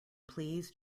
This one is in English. please